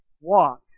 walk